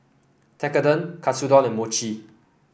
Tekkadon Katsudon and Mochi